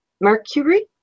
Mercury